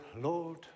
Lord